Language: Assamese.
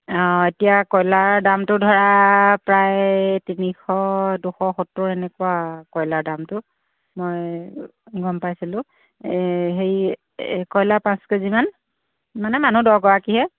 অঁ এতিয়া কয়লাৰৰ দামটো ধৰা প্ৰায় তিনিশ দুশ সত্তৰ এনেকুৱা কয়লাৰৰ দামটো মই গম পাইছিলোঁ এই হেৰি কয়লাৰ পাঁচ কেজিমান মানে মানুহ দহগৰাকীহে